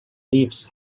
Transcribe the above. leaves